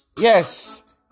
Yes